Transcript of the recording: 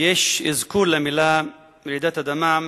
יש אזכור למלים רעידת אדמה.